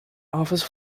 office